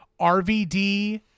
RVD